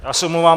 Já se omlouvám.